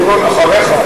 זבולון, אחריך.